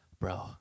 bro